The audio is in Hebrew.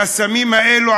שהסמים האלה,